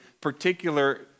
particular